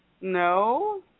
No